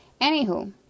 anywho